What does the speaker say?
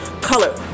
Color